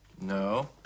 No